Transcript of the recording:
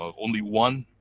only one,